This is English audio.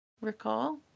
recall